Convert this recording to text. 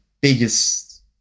biggest